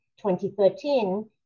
2013